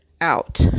out